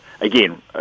again